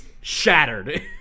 Shattered